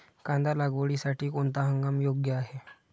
कांदा लागवडीसाठी कोणता हंगाम योग्य आहे?